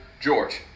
George